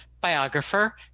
biographer